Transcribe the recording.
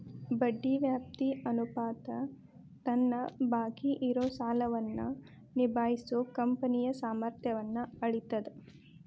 ಬಡ್ಡಿ ವ್ಯಾಪ್ತಿ ಅನುಪಾತ ತನ್ನ ಬಾಕಿ ಇರೋ ಸಾಲವನ್ನ ನಿಭಾಯಿಸೋ ಕಂಪನಿಯ ಸಾಮರ್ಥ್ಯನ್ನ ಅಳೇತದ್